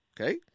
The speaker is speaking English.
Okay